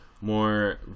more